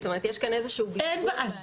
זאת אומרת יש כאן איזשהו בלבול בהליך האזרחי.